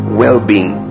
well-being